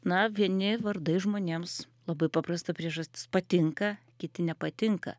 na vieni vardai žmonėms labai paprasta priežastis patinka kiti nepatinka